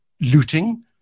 looting